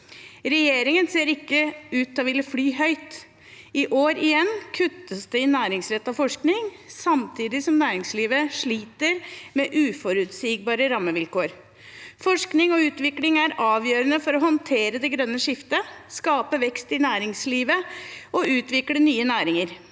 Regjeringen ser ikke ut til å ville fly høyt. I år igjen kuttes det i næringsrettet forskning, samtidig som næringslivet sliter med uforutsigbare rammevilkår. Forskning og utvikling er avgjørende for å håndtere det grønne skiftet, skape vekst i næringslivet og utvikle nye næringer.